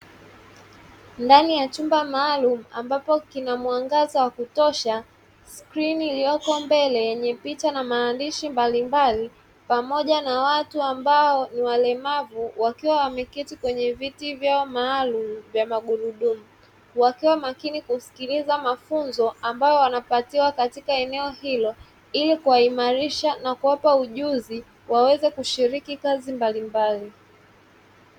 Ndani ya chumba maalum ambapo kina mwangaza wa kutosha skrini iliyoko mbele yenye picha na maandishi mbalimbali pamoja na watu ambao ni walemavu wakiwa wameketi kwenye viti vya maalumu vya magurudumu, kusikiliza mafunzo ambao wanapatiwa katika eneo hili kwa imarisha na kuwapa ujuzi waweze kushiriki kazi mbalimbali.